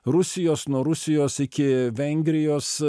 rusijos nuo rusijos iki vengrijos